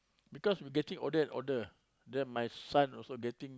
because we getting older and older then my son also getting